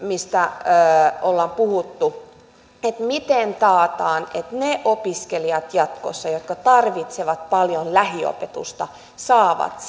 mistä ollaan puhuttu että miten taataan että ne opiskelijat jatkossa jotka tarvitsevat paljon lähiopetusta saavat